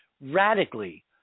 radically